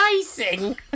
icing